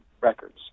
records